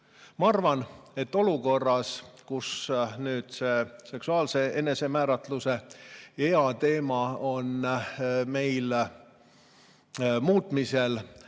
Ma arvan, et olukorras, kus see seksuaalse enesemääratluse ea teema on meil muutmisel,